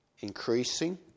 Increasing